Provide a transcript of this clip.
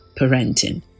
parenting